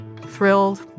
thrilled